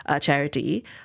charity